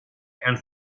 and